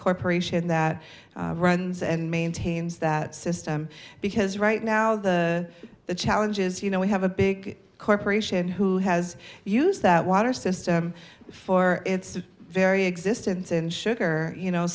corporation that runs and maintains that system because right now the the challenge is you know we have a big corporation who has used that water system for its very existence and sugar you know